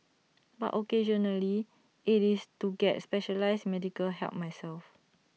but occasionally IT is to get specialised medical help myself